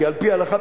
כי על-פי ההלכה,